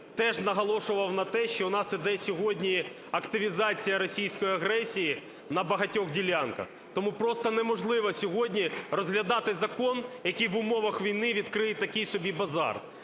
теж наголошував на те, що у нас іде сьогодні активізація російської агресії на багатьох ділянках, тому просто неможливо сьогодні розглядати закон, який в умовах війни відкриє такий собі базар.